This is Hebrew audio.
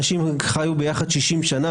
אם אנשים חיו ביחד 60 שנה